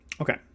okay